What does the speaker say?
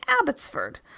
Abbotsford